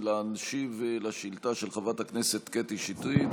להשיב על שאילתה של חברת הכנסת קטי שטרית,